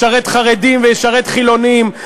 ישרת חרדים וישרת חילונים,